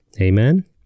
Amen